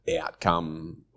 outcome